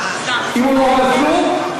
אם הוא לא אמר כלום,